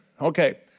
Okay